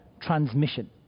transmission